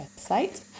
Website